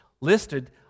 listed